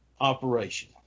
operation